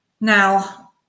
now